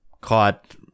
caught